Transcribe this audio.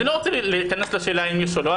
אני לא רוצה להיכנס לשאלה אם יש או לא.